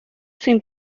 sin